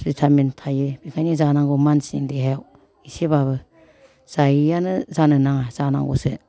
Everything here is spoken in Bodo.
भिटामिन थायो बेखायनो जानांगौ मानसिनि देहायाव एसेबाबो जायैआनो जानो नाङा जानांगौसो